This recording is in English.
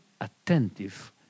attentive